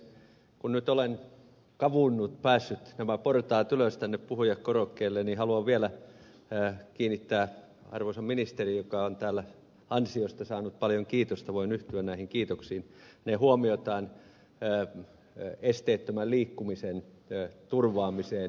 kun nyt olen kavunnut ja päässyt nämä portaat ylös tänne puhujakorokkeelle niin haluan vielä kiinnittää arvoisan ministerin joka on täällä ansiosta saanut paljon kiitosta ja voin yhtyä näihin kiitoksiin huomiota esteettömän liikkumisen turvaamiseen